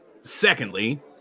Secondly